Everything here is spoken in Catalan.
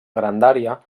grandària